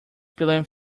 peeling